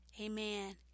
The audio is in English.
Amen